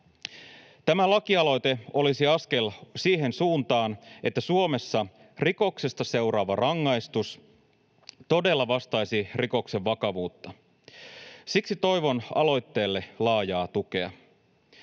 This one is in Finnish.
Tämä lakialoite olisi askel siihen suuntaan, että Suomessa rikoksesta seuraava rangaistus todella vastaisi rikoksen vakavuutta. Siksi toivon aloitteelle laajaa tukea.